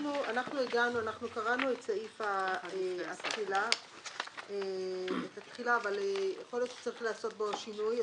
אנחנו קראנו את סעיף התחילה אבל יכול להיות שצריך לעשות בו שינוי.